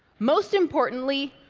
most importantly,